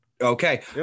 okay